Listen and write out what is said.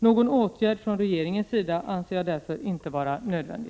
Någon åtgärd från regeringens sida anser jag därför inte vara nödvändig.